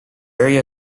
area